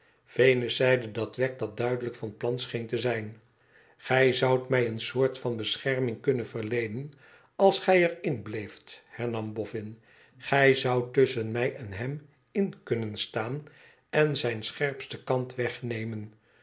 venus zeide dat wegg dat duidelijk van plan scheen te zijn t gij zoudt mij een soort van bescherming kunnen verleenen als gij er inbleeft hernam boffin gij zoudt tusschen mij en hem in kunnen staan en zijn scherpsten kant wegnemen